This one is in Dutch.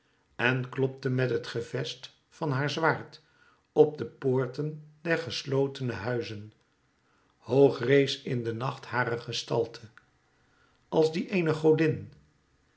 en klopte met het gevest van haar zwaard op de poorten der geslotene huizen hoog rees in de nacht hare gestalte als die eener godin